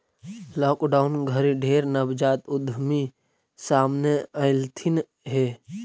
lockdown घरी ढेर नवजात उद्यमी सामने अएलथिन हे